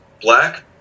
black